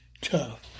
tough